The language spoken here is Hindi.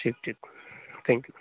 ठीक ठीक थैंक यू